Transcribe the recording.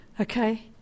okay